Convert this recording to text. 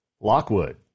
Lockwood